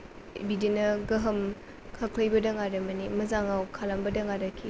बिदिनो गोहोम खोख्लैबोदों आरो माने मोजाङाव खालामबोदों आरोखि